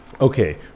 okay